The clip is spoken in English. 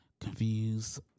confused